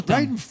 Right